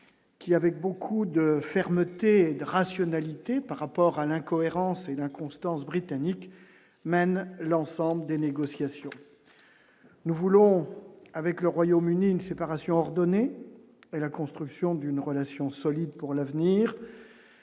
qui, avec beaucoup de fermeté et de rationalité, par rapport à l'incohérence et l'inconstance britannique mène l'ensemble des négociations, nous voulons avec le Royaume-Uni une séparation ordonnée la construction d'une relation solide pour l'avenir.